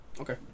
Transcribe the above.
Okay